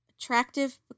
attractive